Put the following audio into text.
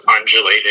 undulating